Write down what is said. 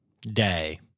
Day